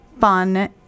fun